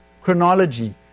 chronology